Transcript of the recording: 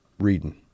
reading